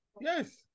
Yes